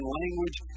language